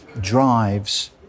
drives